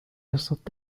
يُصدق